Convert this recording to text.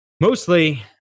mostly